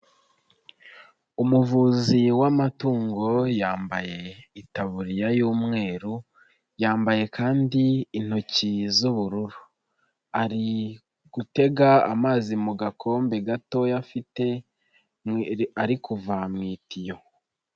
Umuvuzi w'amatungo yambaye itaburiya y'umweru, yambaye kandi intoki z'ubururu, ari gutega amazi mu gakombe gatoya afite ari kuva mu itiyo.